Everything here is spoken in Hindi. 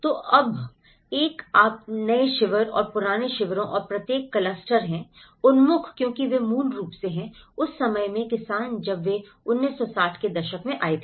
तो अब एक आप नए शिविरों और पुराने शिविरों और प्रत्येक क्लस्टर है उन्मुख क्योंकि वे मूल रूप से हैं उस समय में किसान जब वे 1960 के दशक में आए थे